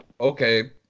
okay